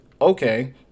okay